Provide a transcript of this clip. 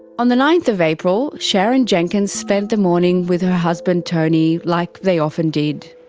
on the ninth of april, sharon jenkins spent the morning with her husband tony like they often did.